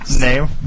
name